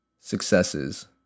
successes